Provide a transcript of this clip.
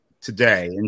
today